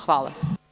Hvala.